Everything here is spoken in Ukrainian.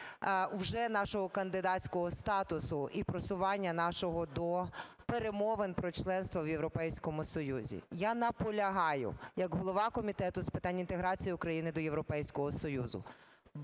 вже нашого кандидатського статусу і нашого просування до перемовин про членство в Європейському Союзі. Я наполягаю як голова Комітету з питань інтеграції України до Європейського Союзу